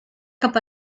cap